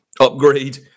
upgrade